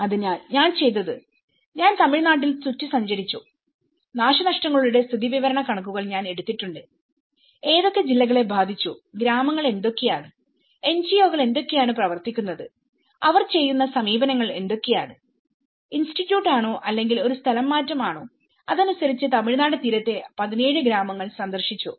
അതിനാൽ ഞാൻ ചെയ്തത് ഞാൻ തമിഴ്നാട്ടിൽ ചുറ്റി സഞ്ചരിച്ചു നാശനഷ്ടങ്ങളുടെ സ്ഥിതിവിവിവര കണക്കുകൾ ഞാൻ എടുത്തിട്ടുണ്ട് ഏതൊക്കെ ജില്ലകളെ ബാധിച്ചു ഗ്രാമങ്ങൾ എന്തൊക്കെയാണ് എൻജിഒകൾNGOs എന്തൊക്കെയാണ് പ്രവർത്തിക്കുന്നത് അവർ ചെയ്യുന്ന സമീപനങ്ങൾ എന്തൊക്കെയാണ്ഇൻസ്റ്റിറ്റ്യൂട്ട് ആണോ അല്ലെങ്കിൽ ഒരു സ്ഥലംമാറ്റം ആണോ അതനുസരിച്ച് തമിഴ്നാട് തീരത്തെ 17 ഗ്രാമങ്ങൾ സന്ദർശിച്ചു